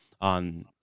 on